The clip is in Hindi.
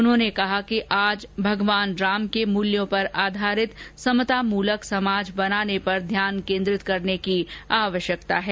उन्होंने कहा कि आज भगवान राम के मूल्यों पर आधारित समता मूलक समाज बनाने पर ध्यान केन्द्रित करने की आवश्यकता है